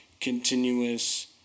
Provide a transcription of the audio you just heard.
continuous